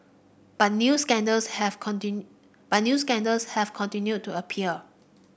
but new scandals have but new scandals have continued to appear